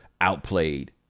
outplayed